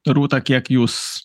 rūta kiek jūs